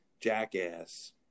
jackass